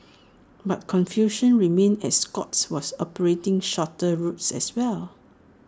but confusion remained as Scoots was operating shorter routes as well